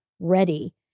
ready